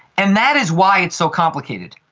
and that is why it's so complicated.